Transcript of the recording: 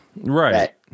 Right